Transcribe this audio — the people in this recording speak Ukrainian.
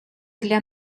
для